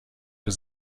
für